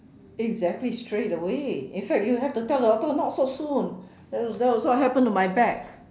exactly straight away in fact you have to tell the doctor not so soon else that was what happened to my back